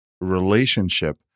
relationship